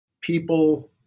people